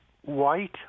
white